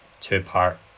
two-part